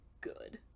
good